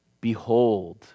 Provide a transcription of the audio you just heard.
Behold